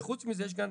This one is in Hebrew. וחוץ מזה יש גם,